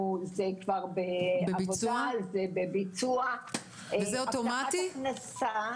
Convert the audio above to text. ח' בשבט תשפ"ב.